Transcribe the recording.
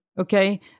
okay